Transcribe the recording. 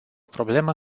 problemă